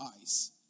eyes